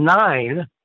nine